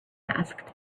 asked